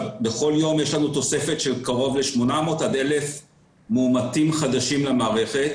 בכל יום יש לנו תוספת של קרוב ל-800 עד 1,000 מאומתים חדשים למערכת